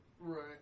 Right